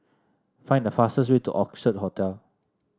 find the fastest way to Orchid Hotel